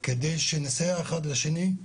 כדי שנסייע אחד לשני,